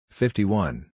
fifty-one